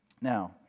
Now